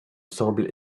semble